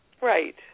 right